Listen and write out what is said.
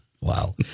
Wow